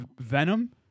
Venom